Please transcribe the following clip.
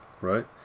right